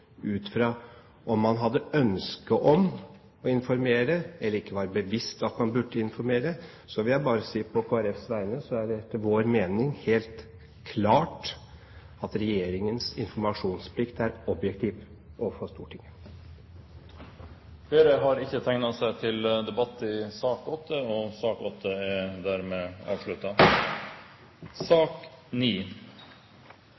ut fra om man hadde ønske om å informere, eller ikke var bevisst at man burde informere, vil jeg bare på Kristelig Folkepartis vegne si at det er vår mening, helt klart, at regjeringens informasjonsplikt er objektiv overfor Stortinget. Flere har ikke bedt om ordet til